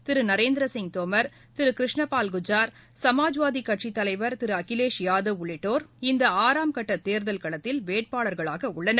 திரு நரேந்திரசிங் தோம் திரு கிருஷ்ணபால் குர்ஜா் சமாஜ்வாதி கட்சித் தலைவா் திரு அகிலேஷ் யாதவ் உள்ளிட்டோர் இந்த ஆறாம் கட்ட தேர்தல் களத்தில் வேட்பாளர்களாக உள்ளனர்